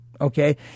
Okay